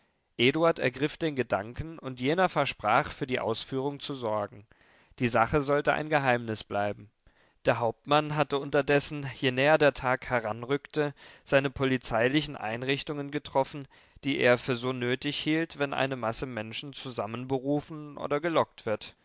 eduard ergriff den gedanken und jener versprach für die ausführung zu sorgen die sache sollte ein geheimnis bleiben der hauptmann hatte unterdessen je näher der tag heranrückte seine polizeilichen einrichtungen getroffen die er für so nötig hielt wenn eine masse menschen zusammenberufen oder gelockt wird